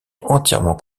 entièrement